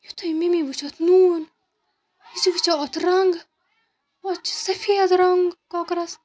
یُتھُے مٔمی وُچھ اَتھ نوٗن یہِ چھِ وٕچھان اَتھ رَنگ اَتھ چھِ سفیٖد رَنگ کۄکرَس